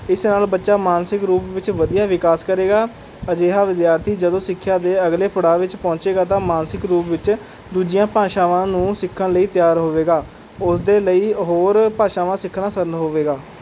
ਇਸ ਨਾਲ ਬੱਚਾ ਮਾਨਸਿਕ ਰੂਪ ਵਿੱਚ ਵਧੀਆ ਵਿਕਾਸ ਕਰੇਗਾ ਅਜਿਹਾ ਵਿਦਿਆਰਥੀ ਜਦੋਂ ਸਿੱਖਿਆ ਦੇ ਅਗਲੇ ਪੜਾਅ ਵਿੱਚ ਪਹੁੰਚੇਗਾ ਤਾਂ ਮਾਨਸਿਕ ਰੂਪ ਵਿੱਚ ਦੂਜੀਆਂ ਭਾਸ਼ਾਵਾਂ ਨੂੰ ਸਿੱਖਣ ਲਈ ਤਿਆਰ ਹੋਵੇਗਾ ਉਸ ਦੇ ਲਈ ਹੋਰ ਭਾਸ਼ਾਵਾਂ ਸਿੱਖਣਾ ਸਰਲ ਹੋਵੇਗਾ